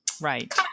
Right